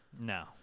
No